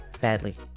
badly